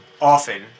often